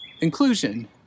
inclusion